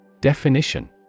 Definition